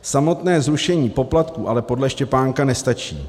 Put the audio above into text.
Samotné zrušení poplatků ale podle Štěpánka nestačí.